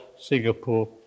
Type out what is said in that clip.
Singapore